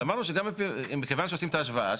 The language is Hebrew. אז אמרנו שמכיוון שעושים את ההשוואה,